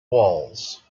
walls